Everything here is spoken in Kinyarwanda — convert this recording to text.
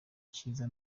cyiza